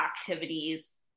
activities